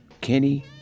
Kenny